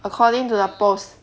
according to the post